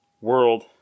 world